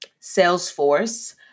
Salesforce